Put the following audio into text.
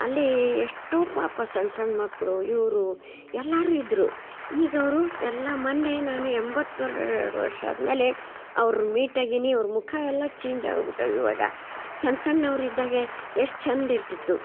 ಅಲ್ಲಿ ಎಷ್ಟು ಪಾಪ ಸಣ್ಣ ಸಣ್ಣ ಮಕ್ಕಳು ಇವರು ಎಲ್ಲಾರು ಇದ್ದರು ಈಗವ್ರು ಎಲ್ಲ ಮನ್ನೆ ನಾನು ಎಂಬತ್ತೆರಡು ವರ್ಷ ಆದ್ಮೇಲೆ ಅವ್ರ್ನ ಮೀಟ್ ಆಗೀನಿ ಅವ್ರ ಮುಖ ಎಲ್ಲ ಚೇಂಜ್ ಆಗ್ಬಿಟ್ಟಾವು ಇವಾಗ ಸಣ್ಣ ಸಣ್ಣವರಿದ್ದಾಗೆ ಎಷ್ಟು ಚಂದಿರ್ತಿತ್ತು